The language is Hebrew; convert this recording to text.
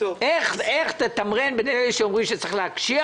איך תתמרן בין אלה שאומרים שצריך להקשיח